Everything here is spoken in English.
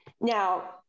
Now